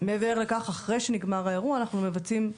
מעבר לכך, אחרי שנגמר האירוע אנחנו מבצעים,